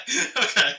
okay